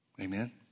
Amen